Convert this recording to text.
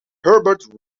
herbert